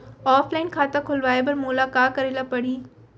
Offline खाता खोलवाय बर मोला का करे ल परही?